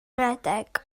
redeg